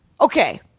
okay